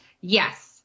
Yes